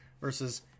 versus